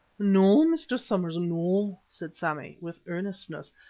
no, mr. somers, no, said sammy, with earnestness.